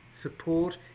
support